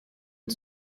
und